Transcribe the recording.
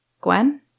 Gwen